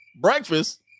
Breakfast